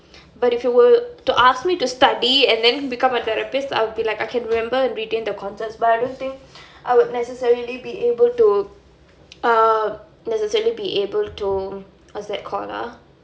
but if you were to ask me to study and then become a therapist I will be like I cannot remember and retain the concepts but I don't think I would necessarily be able to um necessarily be able to what's that called ah